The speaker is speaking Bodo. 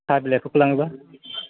साहा बिलाइफोरखौ लाङोबा